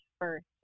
first